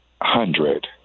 hundred